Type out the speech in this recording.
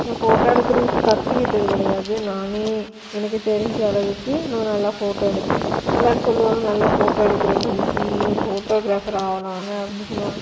நான் ஃபோட்டோ எடுக்கிறதுக்கு கற்றுக்கிட்டது கிடையாது நான் எனக்கு தெரிஞ்ச அளவுக்கு நான் நல்லா ஃபோட்டோ எடுப்பேன் எல்லோரும் சொல்வாங்க நல்லா ஃபோட்டோ எடுக்கிற வின்சி நீ ஃபோட்டோக்ராஃபர் ஆகலாம்ல அப்படின்னு சொல்வாங்க